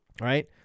right